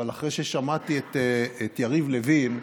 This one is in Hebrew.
אבל אחרי ששמעתי את יריב לוין,